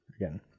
again